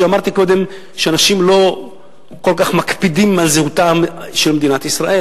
אמרתי קודם שאנשים לא כל כך מקפידים על זהותה של מדינת ישראל.